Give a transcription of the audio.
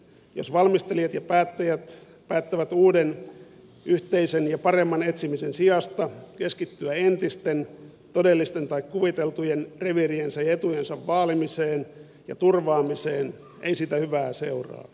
jos valmistelijat ja päättäjät päättävät uuden yhteisen ja paremman etsimisen sijasta keskittyä entisten todellisten tai kuviteltujen reviiriensä ja etujensa vaalimiseen ja turvaamiseen ei siitä hyvää seuraa